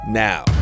now